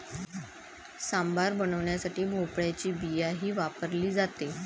सांबार बनवण्यासाठी भोपळ्याची बियाही वापरली जाते